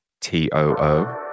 T-O-O